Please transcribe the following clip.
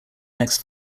next